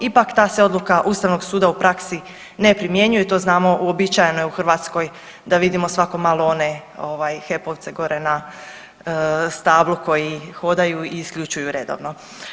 Ipak ta se odluka Ustavnog suda u praksi ne primjenjuje i to znamo u uobičajeno je u Hrvatskoj da vidimo svako malo one HEP-ovce gore na stablu koji hodaju i isključuju redovno.